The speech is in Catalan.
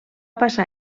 passar